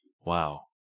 Wow